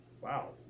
Wow